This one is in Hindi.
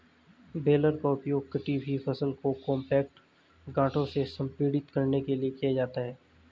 बेलर का उपयोग कटी हुई फसल को कॉम्पैक्ट गांठों में संपीड़ित करने के लिए किया जाता है